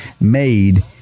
made